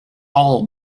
all